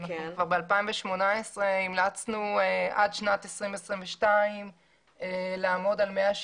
כבר ב-2018, המלצנו עד שנת 2022 לעמוד על 170